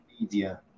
media